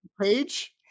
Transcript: page